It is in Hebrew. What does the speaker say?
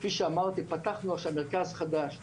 כפי שאמרתי פתחנו עכשיו מרכז חדש בנתיבות,